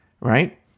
right